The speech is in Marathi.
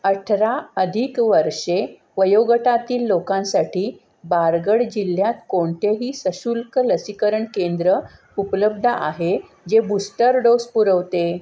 अठरा अधिक वर्षे वयोगटातील लोकांसाठी बारगड जिल्ह्यात कोणतेही सशुल्क लसीकरण केंद्र उपलब्ध आहे जे बूस्टर डोस पुरवते